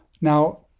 Now